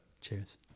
Cheers